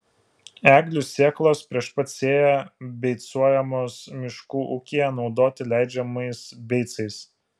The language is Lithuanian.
eglių sėklos prieš pat sėją beicuojamos miškų ūkyje naudoti leidžiamais beicais